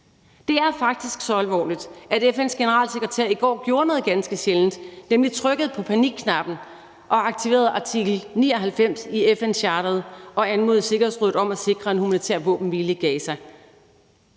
Det er faktisk så alvorligt, at FN's generalsekretær i går gjorde noget ganske sjældent, nemlig trykkede på panikknappen og aktiverede artikel 99 i FN-charteret og anmodede sikkerhedsrådet om at sikre en humanitær våbenhvile i Gaza.